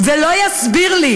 ולא יסביר לי,